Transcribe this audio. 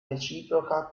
reciproca